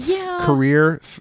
career